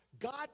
God